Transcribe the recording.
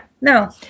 no